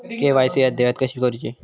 KYC अद्ययावत कशी करुची?